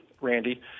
Randy